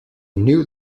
new